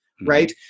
right